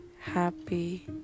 happy